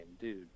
dude